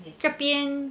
这边